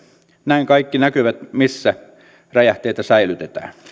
näin kaikki näkevät missä räjähteitä säilytetään